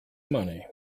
money